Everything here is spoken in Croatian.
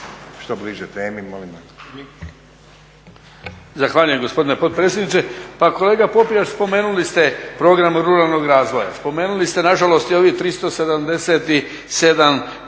Što bliže temi molim vas.